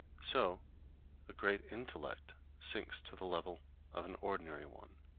so a great intellect sinks to the level of an ordinary one,